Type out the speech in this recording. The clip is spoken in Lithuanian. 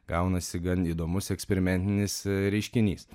gaunasi gan įdomus eksperimentinis reiškinys